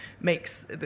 makes